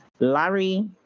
Larry